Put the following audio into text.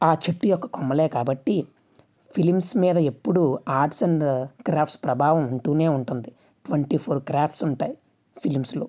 ఆ చెట్టు యొక్క కొమ్మలు కాబట్టి ఫిలిమ్స్ మీద ఎప్పుడు ఆర్ట్స్ అండ్ క్రాఫ్ట్స్ ప్రభావం ఉంటు ఉంటుంది ట్వంటీ ఫోర్ క్రాఫ్ట్స్ ఉంటాయి ఫిలిమ్స్లో